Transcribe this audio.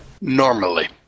Normally